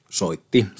soitti